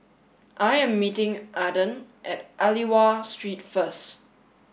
I am meeting Aaden at Aliwal Street first